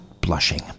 blushing